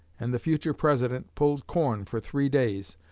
and the future president pulled corn for three days,